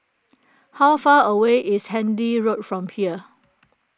how far away is Handy Road from here